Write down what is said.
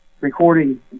Recording